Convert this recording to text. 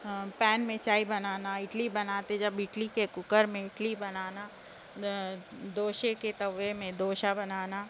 pain میں چائے بنانا اڈلی بناتے جب اڈلی کے کوکر میں اڈلی بنانا ڈوشے کے توے میں ڈوشا بنانا